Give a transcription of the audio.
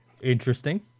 Interesting